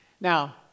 Now